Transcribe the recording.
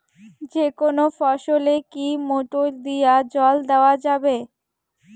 যেকোনো ফসলে কি মোটর দিয়া জল দেওয়া যাবে?